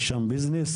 יש שם ביזנס?